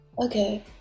Okay